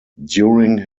during